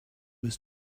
was